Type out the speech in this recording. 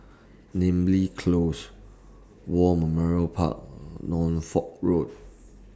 Namly Close War Memorial Park Norfolk Road